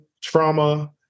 trauma